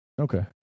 Okay